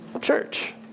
church